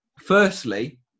Firstly